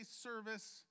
service